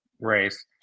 race